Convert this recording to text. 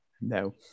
No